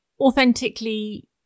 authentically